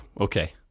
okay